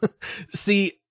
See